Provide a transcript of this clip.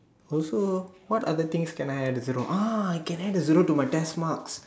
also what other things can I add a zero ah I can add a zero to my test marks